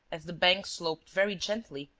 as the bank sloped very gently,